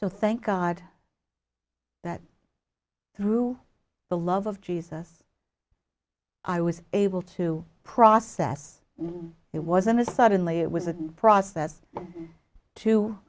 so thank god that through the love of jesus i was able to process it wasn't a suddenly it was a process to